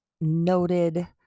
noted